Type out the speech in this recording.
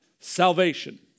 Salvation